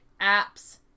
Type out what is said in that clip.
apps